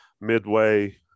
midway